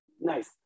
Nice